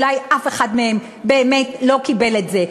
אולי אף אחד מהם באמת לא קיבל את זה,